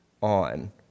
on